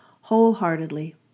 wholeheartedly